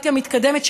לדמוקרטיה מתקדמת,